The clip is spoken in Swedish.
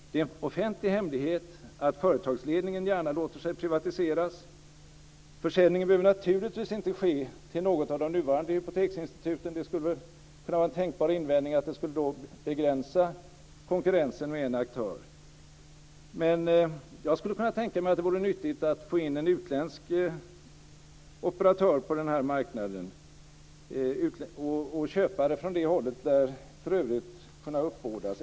Det är en offentlig hemlighet att företagsledningen gärna låter sig privatiseras. Försäljningen behöver naturligtvis inte ske till något av de nuvarande hypoteksinstituten. En tänkbar invändning skulle kunna vara att konkurrensen begränsades med en aktör. Men jag skulle kunna tänka mig att det vore nyttigt att få in en utländsk operatör på marknaden; köpare från det hållet lär för övrigt kunna uppbådas.